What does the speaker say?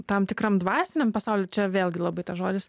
tam tikram dvasiniam pasauliui čia vėlgi labai tas žodis